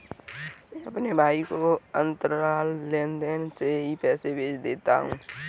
मैं अपने भाई को अंतरजाल लेनदेन से ही पैसे भेज देता हूं